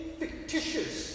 fictitious